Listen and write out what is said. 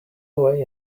away